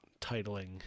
titling